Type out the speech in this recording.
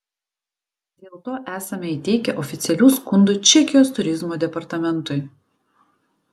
dėl to esame įteikę oficialių skundų čekijos turizmo departamentui